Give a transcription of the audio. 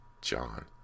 John